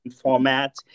format